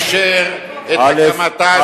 אפשר את הקמתה של ועדת-גולדסטון?